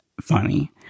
funny